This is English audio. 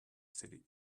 city